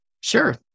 Sure